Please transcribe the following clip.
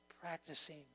practicing